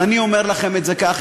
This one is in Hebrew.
ואני אומר לכם את זה כך,